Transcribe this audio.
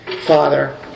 Father